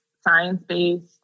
science-based